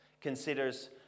considers